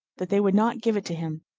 that they would not give it to him,